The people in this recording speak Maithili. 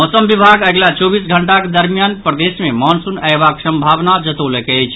मौसम विभाग अगिला चौबीस घंटाक दरमियान प्रदेश मे मॉनसून अयबाक सम्भावना जतौलक अछि